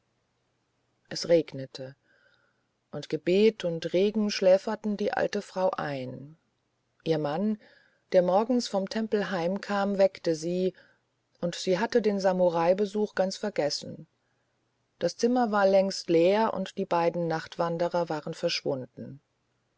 es regnete und gebet und regen schläferten die alte frau ein ihr mann der morgens vom tempel heimkam weckte sie und sie hatte den samuraibesuch ganz vergessen das zimmer war längst leer und die beiden nachtwanderer waren verschwunden